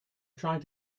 try